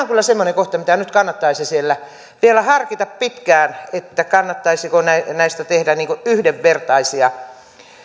kyllä semmoinen kohta mitä nyt kannattaisi siellä vielä harkita pitkään kannattaisiko näistä tehdä yhdenvertaisia